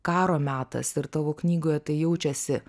karo metas ir tavo knygoje tai jaučiasi